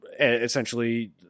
essentially